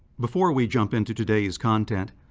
before we jump in to today's content,